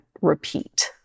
repeat